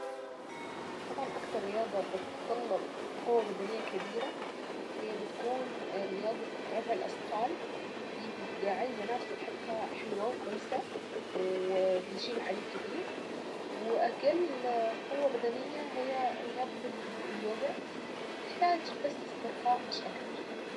طبعا افضل اني اسافر بالقطر لان القطر بيخليني اشوف حاجات كتيرة قوي ومناظر كتيرة وزرع افضل اشوف الناس وحياتهم ونشوف الطبيعة واني بكون مستمتعة اكتر عشان بكون فرحانة في السماء وفي الزرعة والخضرة والناس كمان منظر جميل.